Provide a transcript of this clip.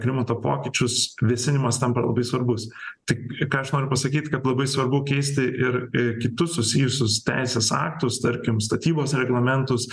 klimato pokyčius vėsinimas tampa labai svarbus tai ką aš noriu pasakyt kad labai svarbu keisti ir kitus susijusius teisės aktus tarkim statybos reglamentus